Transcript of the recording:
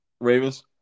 Ravens